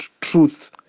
truth